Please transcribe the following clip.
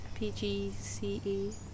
PGCE